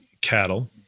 cattle